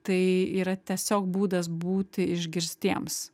tai yra tiesiog būdas būti išgirstiems